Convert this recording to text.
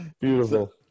Beautiful